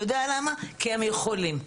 כי הם יכולים.